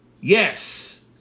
yes